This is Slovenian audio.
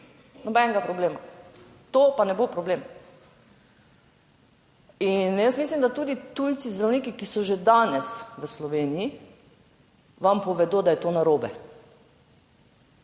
nobenega problema, to pa ne bo problem. In jaz mislim, da tudi tujci, zdravniki, ki so že danes v Sloveniji, vam povedo, da je to narobe.